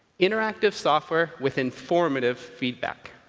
interactive software with informative feedback.